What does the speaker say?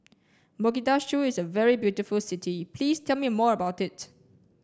Mogadishu is a very beautiful city please tell me more about it